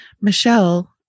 Michelle